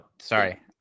sorry